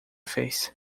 fez